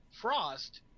Frost